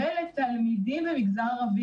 ולתלמידים במגזר הערבי,